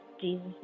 Jesus